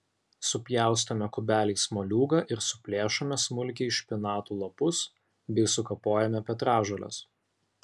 supjaustome kubeliais moliūgą ir suplėšome smulkiai špinatų lapus bei sukapojame petražoles